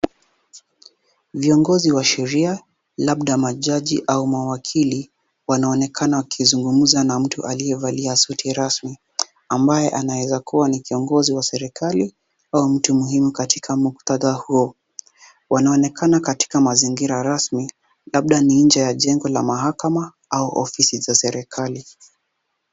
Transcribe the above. Viongozi wa sheria labda majaji au mawakili wanaonekana wakizungumza na mtu aliyevalia suti rasmi ambaye anaweza kuwa ni kiongozi wa serikali au mtu muhimu katika muktadha huo, wanaonekana katika mazingira rasmi, labda ni nje la jengo la mahakama au ofisi za serikali.